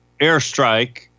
airstrike